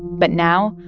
but now,